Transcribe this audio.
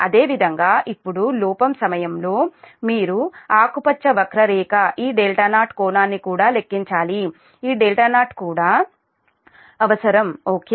అదేవిధంగా ఇప్పుడు లోపం సమయంలో మీరు ఆకుపచ్చ వక్రరేఖ ఈ δ0 కోణాన్ని కూడా లెక్కించాలి ఈ δ0 కోణం కూడా అవసరం ఓకే